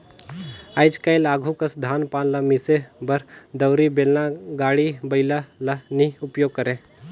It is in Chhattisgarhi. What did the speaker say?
आएज काएल आघु कस धान पान ल मिसे बर दउंरी, बेलना, गाड़ी बइला ल नी उपियोग करे